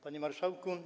Panie Marszałku!